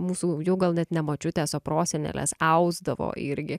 mūsų jau gal net ne močiutės o prosenelės ausdavo irgi